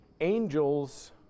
Angels